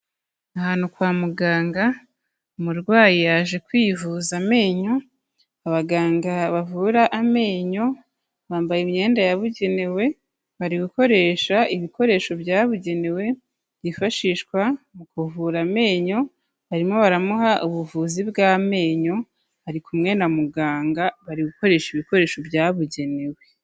Ahantu kwa muganga, umurwayi yaje kwivuza amenyo, abaganga bavura amenyo bambaye imyenda yabugenewe, bari gukoresha ibikoresho byabugenewe byifashishwa mu kuvura amenyo, barimo baramuha ubuvuzi bw'amenyo, ari kumwe na muganga, bari gukoresha ibikoresho byabugenewe.